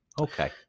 Okay